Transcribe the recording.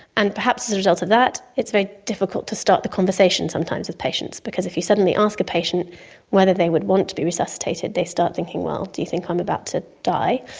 and perhaps as a result of that it's very difficult to start the conversation sometimes with patients because if you suddenly ask a patient whether they would want to be resuscitated they start thinking, well, do you think i'm about to die?